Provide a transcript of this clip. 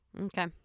Okay